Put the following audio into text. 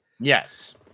Yes